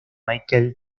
michael